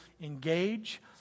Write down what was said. engage